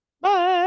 Bye